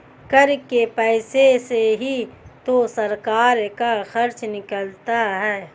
कर के पैसे से ही तो सरकार का खर्चा निकलता है